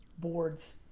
boards,